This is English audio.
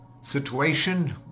situation